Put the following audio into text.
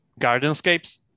Gardenscapes